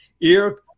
ear